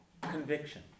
conviction